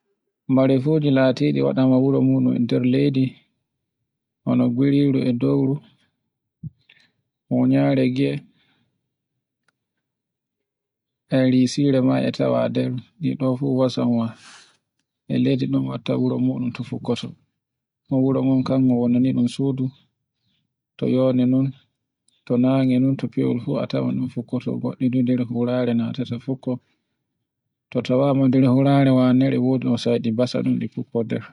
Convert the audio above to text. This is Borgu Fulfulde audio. Marefuji latiɗi waɗawa wuro muɗun nder leydi, bano guriru e dowru, munyarege, e risire me e tawa nder ɗi ɗo fu gasanwa e leydi ɗun watta wuro muɗun to fukkoto. Kuma wuro ngon kango wonani ɗun sudu to yonde non, to nange non, to fewol fu a tawan ɗon fukko goɗɗi du dere furare natoto fukko. To tawama nder furare wanere wodi on soyɗo ɗi fokko nder.